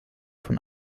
von